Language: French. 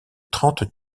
trente